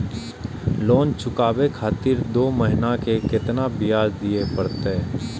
Loan चुकाबे खातिर दो महीना के केतना ब्याज दिये परतें?